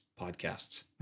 podcasts